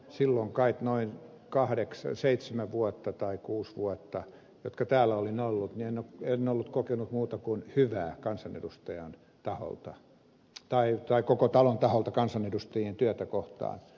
silloin kai noin kahdeksan niinä kuutena seitsemänä kahdeksana vuotena jotka silloin täällä olin ollut en ollut kokenut muuta kuin hyvää koko talon taholta kansanedustajien työtä kohtaan